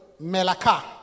melaka